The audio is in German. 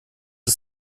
ist